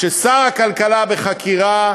כששר הכלכלה בחקירה,